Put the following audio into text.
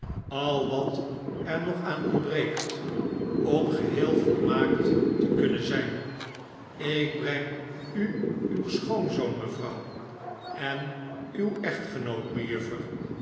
ai wat er nog aan ontbreekt om geheel volmaakt te kunnen zyn ik breng u uw schoonzoon mevrouw en uw echtgenoot